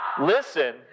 listen